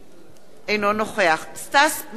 אינו נוכח סטס מיסז'ניקוב,